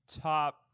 top